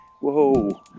whoa